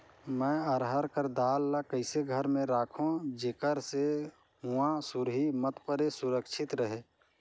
मैं अरहर कर दाल ला कइसे घर मे रखों जेकर से हुंआ सुरही मत परे सुरक्षित रहे?